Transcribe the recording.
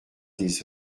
des